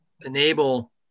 enable